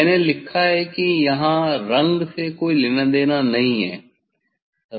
मैंने लिखा है कि यहाँ रंग से कोई लेना देना नहीं है